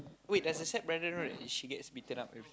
wait there's a stepbrother right if she gets beaten up with